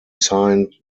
signed